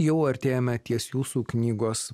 jau artėjame ties jūsų knygos